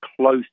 close